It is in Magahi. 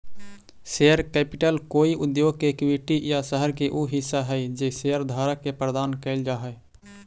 शेयर कैपिटल कोई उद्योग के इक्विटी या शहर के उ हिस्सा हई जे शेयरधारक के प्रदान कैल जा हई